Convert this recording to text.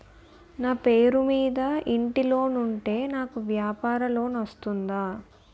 నా పేరు మీద ఇంటి లోన్ ఉంటే నాకు వ్యాపార లోన్ వస్తుందా?